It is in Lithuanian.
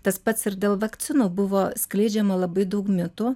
tas pats ir dėl vakcinų buvo skleidžiama labai daug mitų